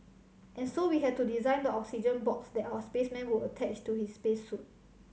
and so we had to design the oxygen box that our spaceman would attach to his space suit